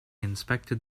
inspected